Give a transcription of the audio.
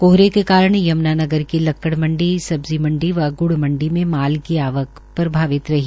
कोहरे के कारण यमुनानगर की लक्कड़ मंडी सब्जी मंडी व गुड़ मंडी में माल की आवक प्रभावित रही